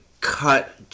Cut